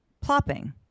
plopping